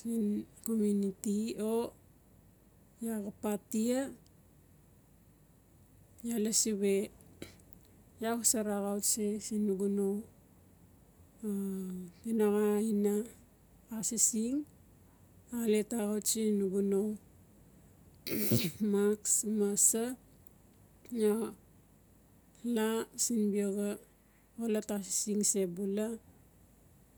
Siin komunity o iaa xap atia iaa lasi we iaa xosara axau tsi siin nugu no tinaxa ina asising alet axau tsi nugu no marks ma sa sin biaxa xolot asising seula.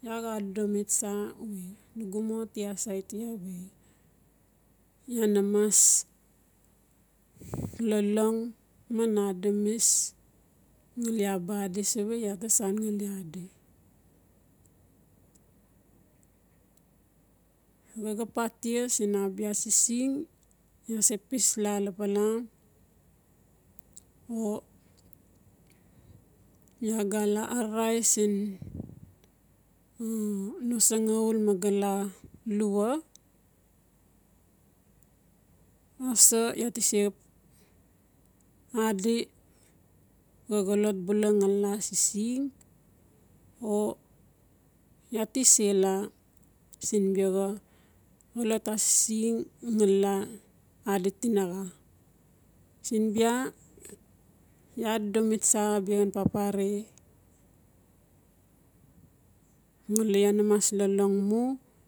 Iaa xa adodomi tsa we nugu mo ti asaiti we iaa na mas lolong man adamis ngali iaa ba adi sawe iaa ta san ngali adi xapatia siin abia assising iaa se pis lapala o iaa gala ararai siin no sangaul magala lua. Aso laa ti sep adi xa xolot bula ngali la asising o iaa ti sela siin biaxa xolot asising adi tinaxa. Siin bia iaa adodo mi tsa abia xan papare ngali iaa nameas lolong mu.